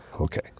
okay